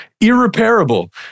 irreparable